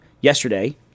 yesterday